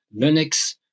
Linux